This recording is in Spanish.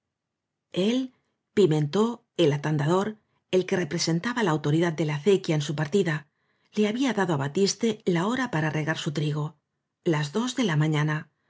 el pimentó el atandador el que repre sentaba la autoridad de la acequia en su partida le había dado á batiste la hora para regar su trigo las dos de la mañana